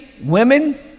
women